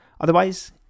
Otherwise